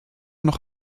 noch